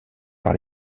par